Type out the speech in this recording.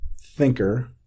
thinker